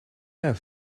have